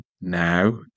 now